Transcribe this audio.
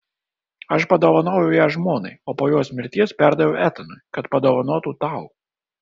aš padovanojau ją žmonai o po jos mirties perdaviau etanui kad padovanotų tau